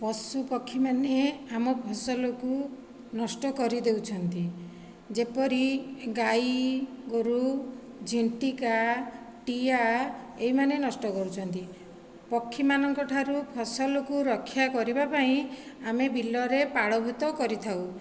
ପଶୁ ପକ୍ଷୀମାନେ ଆମ ଫସଲକୁ ନଷ୍ଟ କରି ଦେଉଛନ୍ତି ଯେପରି ଗାଈଗୋରୁ ଝିଣ୍ଟିକା ଟିଆ ଏଇମାନେ ନଷ୍ଟ କରୁଛନ୍ତି ପକ୍ଷୀମାନଙ୍କଠାରୁ ଫସଲକୁ ରକ୍ଷା କରିବା ପାଇଁ ଆମେ ବିଲରେ ପାଳଭୂତ କରିଥାଉ